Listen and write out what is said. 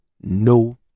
no